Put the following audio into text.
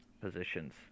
positions